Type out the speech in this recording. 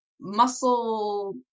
muscle